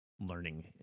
learning